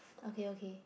okay okay